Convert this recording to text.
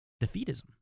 Defeatism